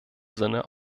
sinne